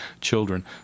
children